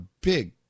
big